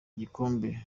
igikombe